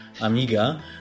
Amiga